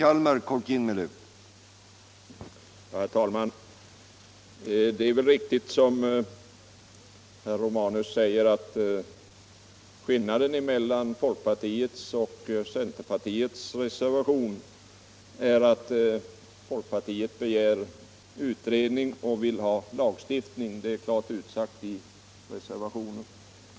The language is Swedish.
Herr talman! Det är väl riktigt som herr Romanus säger att skillnaden mellan den reservation som folkpartiet resp. centerpartiet står bakom är att folkpartiet begär en utredning och vill ha en lagstiftning — det är klart utsagt i reservationen.